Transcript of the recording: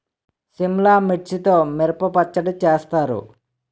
సిమ్లా మిర్చితో మిరప పచ్చడి చేస్తారు